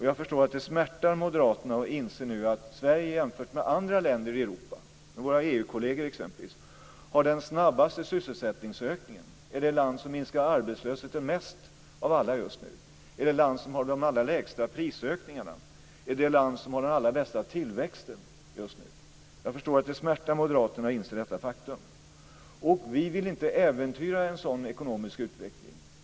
Jag förstår att det smärtar moderaterna att nu inse att Sverige jämfört med andra länder i Europa - med våra EU-kolleger, exempelvis - har den snabbaste sysselsättningsökningen, är det land som minskar arbetslösheten mest av alla just nu, är det land som har de allra minsta prisökningarna och är det land som har den allra bästa tillväxten just nu. Jag förstår att det smärtar moderaterna att inse detta faktum. Vi vill inte äventyra en sådan ekonomisk utveckling.